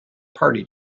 party